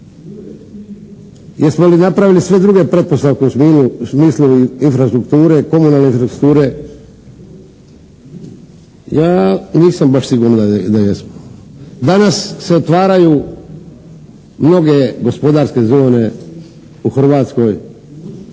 Jesmo li napravili sve druge pretpostavke u smislu infrastrukture, komunalne infrastrukture? Ja nisam baš siguran da jesmo. Danas se otvaraju mnoge gospodarske zone u Hrvatskoj,